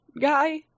guy